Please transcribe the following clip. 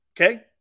okay